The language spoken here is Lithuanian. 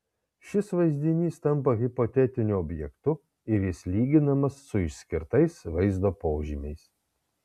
šis vaizdinys tampa hipotetiniu objektu ir jis lyginamas su išskirtais vaizdo požymiais